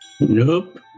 Nope